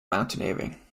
mountaineering